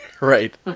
Right